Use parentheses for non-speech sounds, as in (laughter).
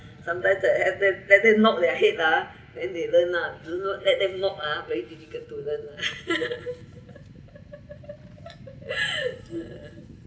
sometime I have bet better knock their head ah then they learn lah don't let them knock ah very difficult to learn [one] (laughs)